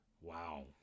Wow